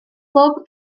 bob